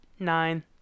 nine